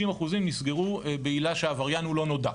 60% נסגרו בעילה שהעבריין לא נודע.